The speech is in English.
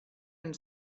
and